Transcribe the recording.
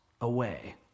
away